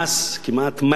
כמעט מלא,